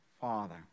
Father